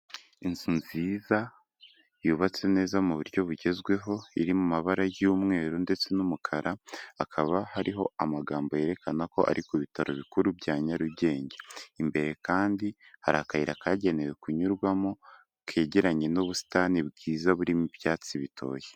Inzu nziza yubatse neza mu buryo bugezweho, iri mu mabara y'umweru ndetse n'umukara, hakaba hariho amagambo yerekana ko ari ku bitaro bikuru bya Nyarugenge, imbere kandi hari akayira kagenewe kunyurwamo kegeranye n'ubusitani bwiza burimo ibyatsi bitoye.